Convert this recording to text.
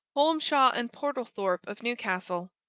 holmshaw and portlethorpe of newcastle.